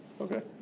Okay